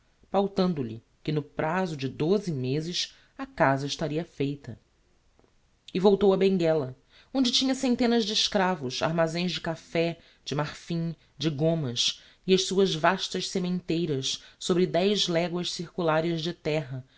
feitor pautando lhe que no prazo de doze mezes a casa estaria feita e voltou a benguela onde tinha centenas de escravos armazéns de café de marfim de gommas e as suas vastas sementeiras sobre dez leguas circulares de terra